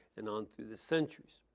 and on through the centuries.